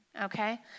Okay